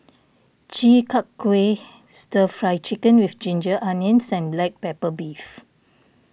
Chi Kak Kuih Stir Fry Chicken with Ginger Onions and Black Pepper Beef